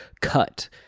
cut